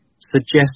suggest